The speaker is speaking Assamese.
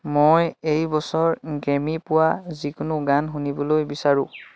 মই এই বছৰ গ্ৰেমী পোৱা যিকোনো গান শুনিবলৈ বিচাৰোঁ